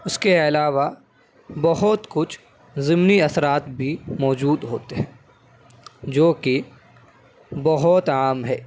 اس کے علاوہ بہت کچھ ضمنی اثرات بھی موجود ہوتے ہیں جو کہ بہت عام ہے